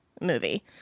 movie